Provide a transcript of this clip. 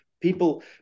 People